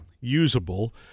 usable